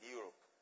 Europe